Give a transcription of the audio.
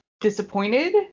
disappointed